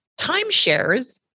Timeshares